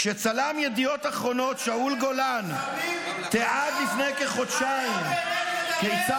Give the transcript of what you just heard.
כשצלם ידיעות אחרונות שאול גולן -- אתה מדבר על מתנחבלים?